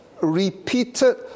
repeated